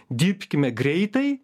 dirbkime greitai